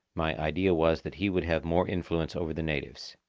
my idea was that he would have more influence over the natives.